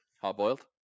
Hard-boiled